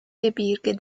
gebirge